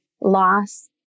loss